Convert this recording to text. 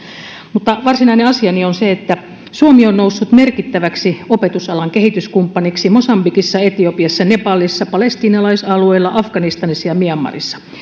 mutta varsinainen asiani on se että suomi on noussut merkittäväksi opetusalan kehityskumppaniksi mosambikissa etiopiassa nepalissa palestiinalaisalueella afganistanissa ja myanmarissa